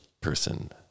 person